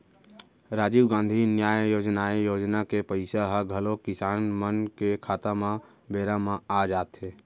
राजीव गांधी न्याय योजनाए योजना के पइसा ह घलौ किसान मन के खाता म बेरा म आ जाथे